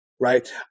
right